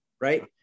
Right